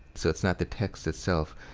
so it's not the text itself,